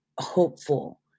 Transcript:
hopeful